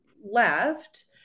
left